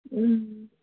ए